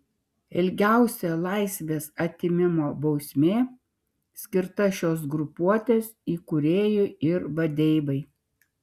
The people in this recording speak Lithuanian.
ilgiausia laisvės atėmimo bausmė skirta šios grupuotės įkūrėjui ir vadeivai